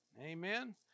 Amen